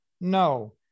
No